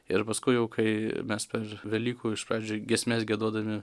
ir paskui jau kai mes per velykų iš pradžių giesmes giedodami